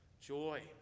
joy